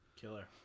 Killer